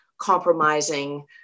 compromising